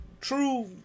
true